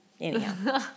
Anyhow